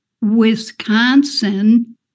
Wisconsin